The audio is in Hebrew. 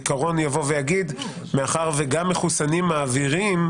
העיקרון יבוא ויאמר שמאחר וגם מחוסנים מעבירים,